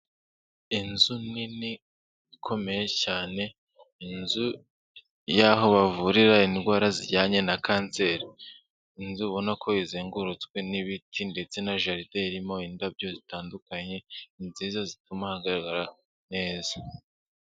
Inzu nini ikomeye cyane, inzu y'aho bavurira indwara zijyanye na kanseri, inzu ubona ko izengurutswe n'ibiti ndetse na jaride irimo indabyo zitandukanye nziza zituma hagaragara neza.